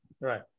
Right